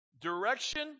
direction